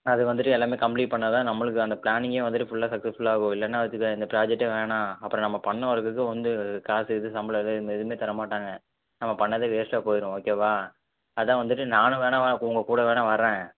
அது வந்துவிட்டு எல்லாமே கம்ப்ளீட் பண்ணால் தான் நம்மளுக்கு அந்த பிளானிங்கே வந்துவிட்டு ஃபுல்லாக சக்ஸஸ்ஃபுல்லாகும் இல்லைன்னா வச்சிக்கோ இந்த ப்ராஜெக்டே வேணாம் அப்புறம் நம்ம பண்ண ஒர்க்குக்கு ஒண்டு காசு இது சம்பளம் இது எதுவுமே எதுவுமே தர மாட்டாங்க நம்ம பண்ணதே வேஸ்டாக போயிரும் ஓகேவா அதான் வந்துவிட்டு நானும் வேணா வா உங்கள்கூட வேணா வரேன்